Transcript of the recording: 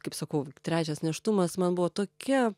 kaip sakau trečias nėštumas man buvo tokia